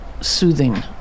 soothing